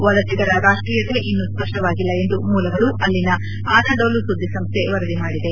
ವಲಸಿಗರ ರಾಷ್ಟೀಯತೆ ಇನ್ನೂ ಸ್ಪಷ್ಟವಾಗಿಲ್ಲ ಎಂದು ಮೂಲಗಳು ಅಲ್ಲಿನ ಅನಾಡೊಲು ಸುದ್ದಿ ಸಂಸ್ಥೆ ವರದಿ ಮಾಡಿದೆ